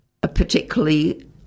particularly